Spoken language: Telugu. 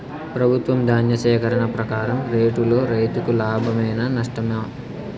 ప్రభుత్వం ధాన్య సేకరణ ప్రకారం రేటులో రైతుకు లాభమేనా నష్టమా?